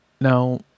Now